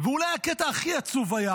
אולי הקטע הכי עצוב היה